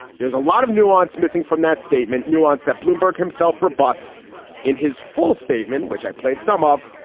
there's a lot of nuance missing from that statement. nuance that bloomberg himself rebuts in his full statement, which i played some of.